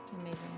Amazing